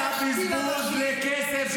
אתה סגן שר מיותר.